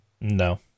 No